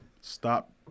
stop